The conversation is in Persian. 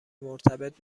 مرتبط